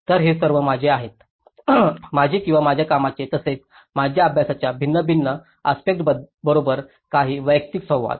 तर हे सर्व माझे आहेत माझे किंवा माझ्या कामाचे तसेच माझ्या अभ्यासाच्या भिन्न भिन्न आस्पेक्टसंबरोबर काही वैयक्तिक संवाद